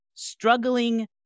struggling